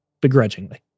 begrudgingly